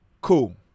Cool